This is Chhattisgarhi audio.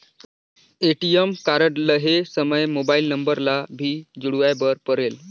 ए.टी.एम कारड लहे समय मोबाइल नंबर ला भी जुड़वाए बर परेल?